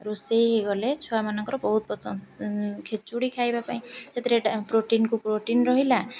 ରୋଷେଇ ହୋଇଗଲେ ଛୁଆମାନଙ୍କର ବହୁତ ପସନ୍ଦ ଖେଚୁଡ଼ି ଖାଇବା ପାଇଁ ସେଥିରେ ପ୍ରୋଟିନ୍କୁ ପ୍ରୋଟିନ୍ ରହିଲା